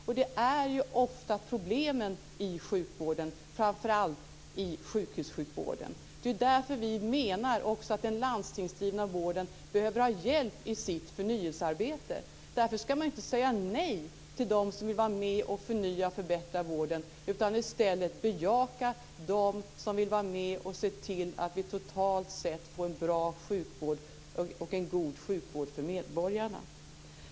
Ofta är det problem i sjukvården, framför allt i sjukhussjukvården. Därför menar vi att den landstingsdrivna vården behöver ha hjälp i sitt förnyelsearbete. Således ska man inte säga nej till dem som vill vara med och förnya och förbättra vården. I stället ska man bejaka dem som vill vara med och se till att vi totalt sett får en bra sjukvård för medborgarna.